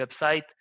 website